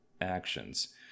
actions